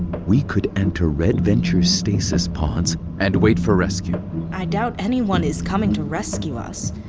we could enter red venture's stasis pods and wait for rescue i doubt anyone is coming to rescue us.